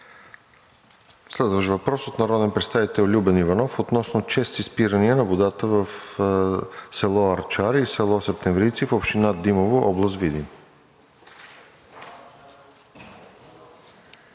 Следващият въпрос е от народния представител Любен Иванов относно чести спирания на водата в село Арчар и село Септемврийци в община Димово, област Видин.